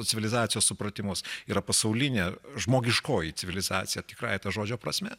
civilizacijos supratimus yra pasaulinė žmogiškoji civilizacija tikrąja to žodžio prasme